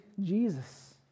Jesus